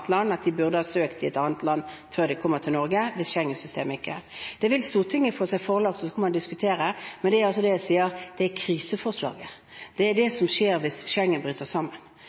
et land som de burde ha søkt asyl i før de kom til Norge, hvis Schengen-systemet ikke fungerer. Det forslaget vil Stortinget få seg forelagt, og så får man diskutere det, men det jeg sier, er at det er et kriseforslag. Det er det som skjer hvis Schengen bryter sammen,